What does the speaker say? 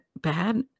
bad